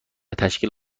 تشکیل